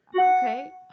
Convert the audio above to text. okay